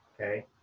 okay